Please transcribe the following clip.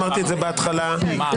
אמרתי את זה בהתחלה --- לא.